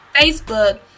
Facebook